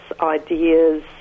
ideas